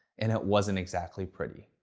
and it wasn't exactly pretty.